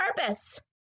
purpose